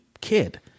kid